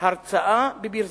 הרצאה בביר-זית.